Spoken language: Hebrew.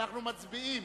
אנחנו מצביעים,